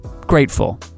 grateful